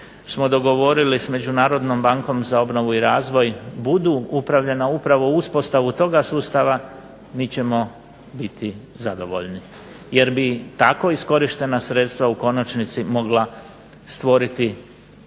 smo dogovorili s Međunarodnom bankom za obnovu i razvoj budu upravljena upravo u uspostavu toga sustava mi ćemo biti zadovoljni, jer bi tako iskorištena sredstva u konačnici mogla stvoriti efikasniji